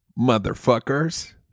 motherfuckers